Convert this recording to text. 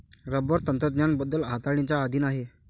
rubber तंत्रज्ञान बदल हाताळणीच्या अधीन आहे